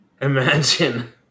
Imagine